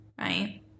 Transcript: right